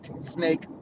snake